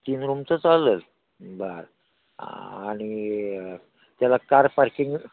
तीन रूमचं चालेल बरं आणि त्याला कार पार्किंग